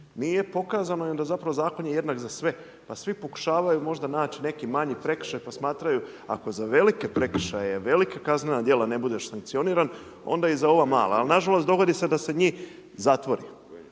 nije pokazano i zapravo zakon je jednak za sve, pa svi pokušavaju možda naći neki manji prekršaj, pa smatraju, ako za velike prekršaje, velika kaznena dijela ne budeš sankcioniran, onda i za ova mala. Ali nažalost, dogodi se da se njih zatvori.